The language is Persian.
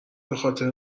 بخاطر